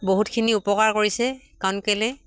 বহুতখিনি উপকাৰ কৰিছে কাৰণ কেলে